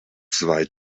zwei